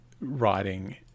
writing